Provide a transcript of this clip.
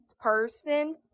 person